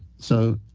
so,